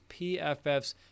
PFFs